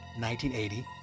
1980